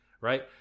Right